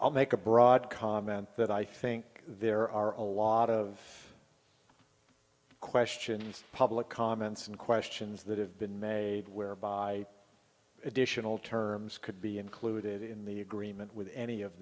i'll make a broad comment that i think there are a lot of questions public comments and questions that have been made whereby additional terms could be included in the agreement with any of